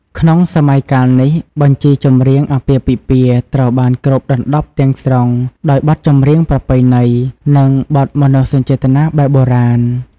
ក្នុងសម័យកាលនេះ បញ្ជីចម្រៀងអាពាហ៍ពិពាហ៍ត្រូវបានគ្របដណ្ដប់ទាំងស្រុងដោយបទចម្រៀងប្រពៃណី និងបទមនោសញ្ចេតនាបែបបុរាណ។